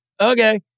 Okay